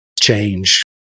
change